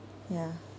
ya